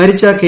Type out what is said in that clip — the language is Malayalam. മരിച്ച കെ